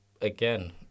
again